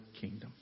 kingdom